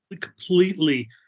completely